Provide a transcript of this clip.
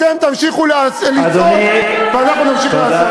בפעם הבאה, אתם תמשיכו לצעוק ואנחנו נמשיך לעשות.